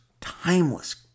timeless